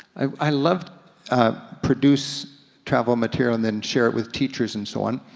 i love to produce travel material and then share it with teachers and so on.